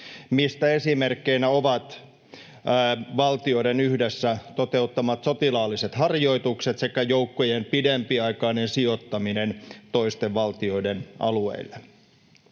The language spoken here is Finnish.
mistä esimerkkeinä ovat valtioiden yhdessä toteuttamat sotilaalliset harjoitukset sekä joukkojen pidempiaikainen sijoittaminen toisten valtioiden alueille.